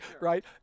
right